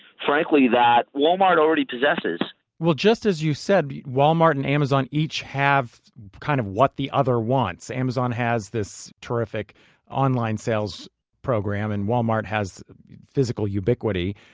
frankly, that walmart already possesses well, just as you said, walmart and amazon each have kind of what the other wants. amazon has this terrific online sales program, and walmart has physical ubiquity.